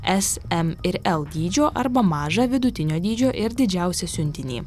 s m ir l dydžio arba mažą vidutinio dydžio ir didžiausią siuntinį